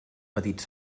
petits